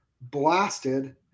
blasted